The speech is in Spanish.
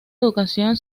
educación